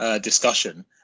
discussion